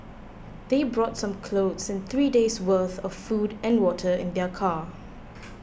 they brought some clothes and three days' worth of food and water in their car